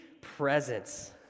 presence